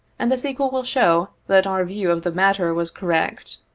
and the sequel will show that our view of the matter was correct.